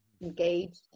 engaged